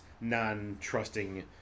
non-trusting